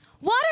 water